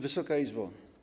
Wysoka Izbo!